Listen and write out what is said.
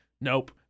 Nope